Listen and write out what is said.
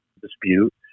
dispute